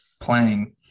playing